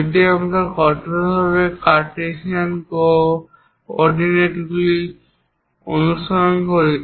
যদি আমরা কঠোরভাবে কার্টেসিয়ান কোঅডিনেটগুলি অনুসরণ করি